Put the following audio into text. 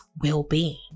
well-being